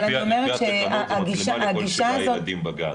אבל לפי התקנות זה מצלמה לכל שבעה ילדים בגן.